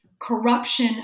corruption